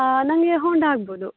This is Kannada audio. ನನಗೆ ಹೋಂಡಾ ಆಗ್ಬೌದು